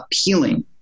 appealing